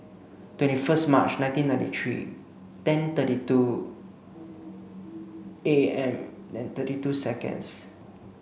twenty first March nineteen ninety three ten thirty two A M and thirty two seconds